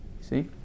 See